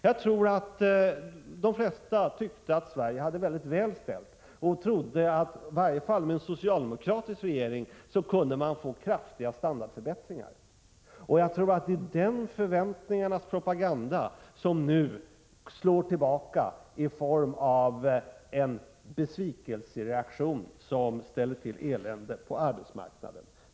Jag tror att de flesta tyckte att Sverige hade det mycket gott ställt och trodde att man i varje fall med en socialdemokratisk regering kunde få kraftiga standardförbättringar. Jag tror att det är den förväntningarnas propaganda som nu slår tillbaka i form av en besvikelsereaktion, som ställer till elände på arbetsmarknaden.